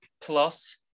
plus